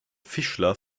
fischler